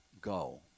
Go